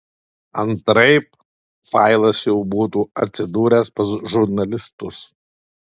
antraip failas jau būtų atsidūręs pas žurnalistus